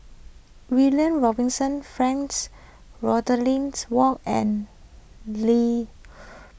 William Robinson Frank Ward and Li